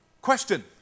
Question